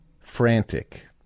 frantic